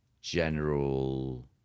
general